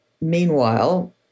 meanwhile